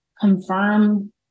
confirm